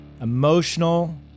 emotional